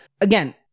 again